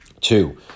Two